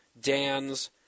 Dan's